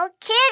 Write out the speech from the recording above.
kitty